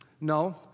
No